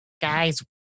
Guys